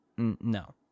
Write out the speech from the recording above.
No